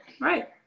Right